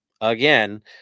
Again